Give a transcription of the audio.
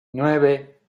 nueve